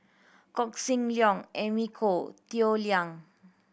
Koh Seng Leong Amy Khor Toh Liying